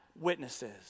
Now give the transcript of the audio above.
witnesses